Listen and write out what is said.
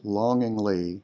longingly